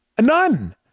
None